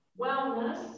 Wellness